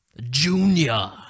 Junior